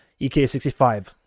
EK65